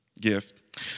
gift